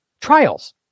trials